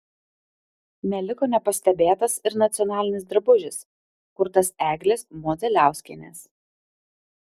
neliko nepastebėtas ir nacionalinis drabužis kurtas eglės modzeliauskienės